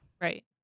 Right